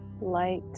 light